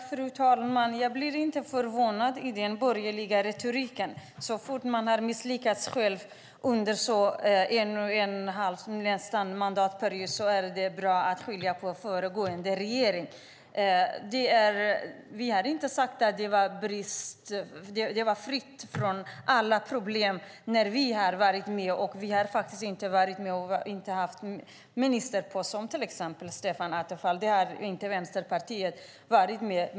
Fru talman! Jag blir inte förvånad över den borgerliga retoriken. När man själv har misslyckats under en mandatperiod är det bra att skylla på föregående regering. Vi har inte sagt att det var fritt från problem när vi var med. Men Vänsterpartiet har inte innehaft en ministerpost, som till exempel Stefan Attefall.